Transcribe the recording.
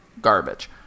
garbage